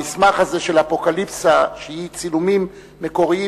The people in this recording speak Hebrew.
המסמך הזה של "אפוקליפסה" צילומים מקוריים